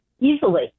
easily